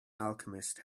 alchemist